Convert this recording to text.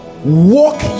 walk